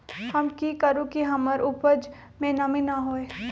हम की करू की हमर उपज में नमी न होए?